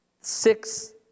six